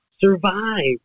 survive